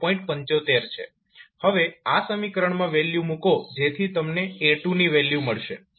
હવે આ સમીકરણમાં વેલ્યુ મુકો જેથી તમને A2 ની વેલ્યુ મળશે